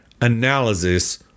analysis